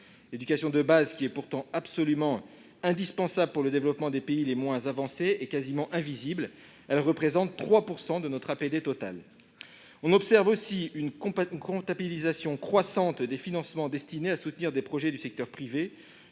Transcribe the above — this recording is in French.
L'éducation de base, qui est pourtant absolument indispensable pour le développement des pays les moins avancés, est quasiment invisible : elle représente 3 % de notre APD totale. On observe aussi une comptabilisation croissante des financements destinés à soutenir des projets du secteur privé.